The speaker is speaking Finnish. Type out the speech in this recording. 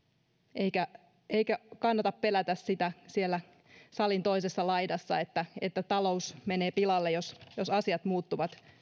eikä kannata pelätä sitä siellä salin toisessa laidassa että että talous menee pilalle jos jos asiat muuttuvat